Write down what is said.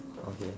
okay